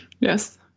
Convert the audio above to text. Yes